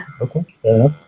Okay